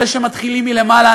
אלה שמתחילים מלמטה,